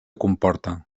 comporta